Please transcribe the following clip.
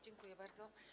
Dziękuję bardzo.